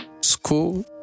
school